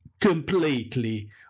completely